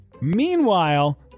Meanwhile